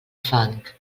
fang